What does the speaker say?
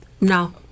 No